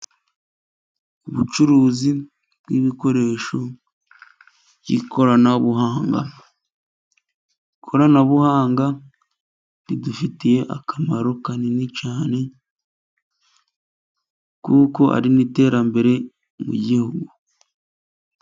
Ubucuruzi bw'ibikoresho by'ikoranabuhanga, ikoranabuhanga ridufitiye akamaro kanini cyane, kuko ari n'iterambere mu gihugu.